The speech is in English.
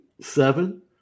seven